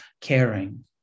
caring